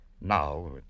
now